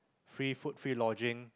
free food free lodging